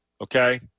Okay